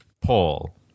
Paul